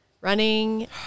running